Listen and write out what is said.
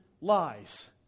lies